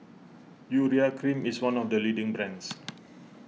Urea Cream is one of the leading brands